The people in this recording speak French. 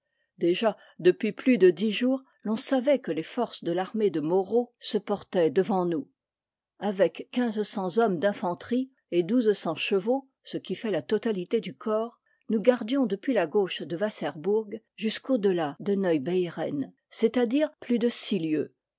déjà depuis plus de dix jours ton savoit que les forces de l'armée de moreau se portaient devant nous avec quinze cents î'art hommes d'infanterie et douze cents che ivaux ce qui fait la totalité du corps nous gardions depuis la gauche de wasserburg jusqu'au delà de neubeieren c'està-dire plus de six lieues